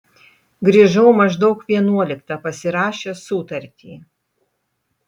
grįžau maždaug vienuoliktą pasirašęs sutartį